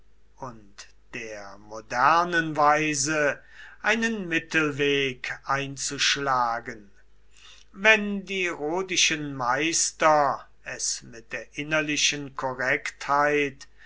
und der modernen weise einen mittelweg einzuschlagen wenn die rhodischen meister es mit der innerlichen korrektheit